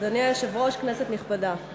אדוני היושב-ראש, כנסת נכבדה,